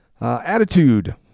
Attitude